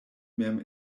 mem